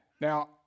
now